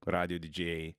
radijo didžėjai